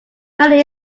nothing